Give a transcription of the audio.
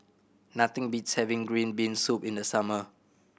nothing beats having green bean soup in the summer